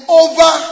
over